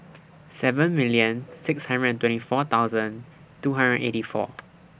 seven million six hundred and twenty four two hundred and eighty four